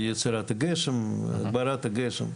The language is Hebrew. יצירת גשם מלאכותית.